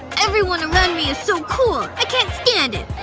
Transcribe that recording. everyone around me is so cool i can't stand it!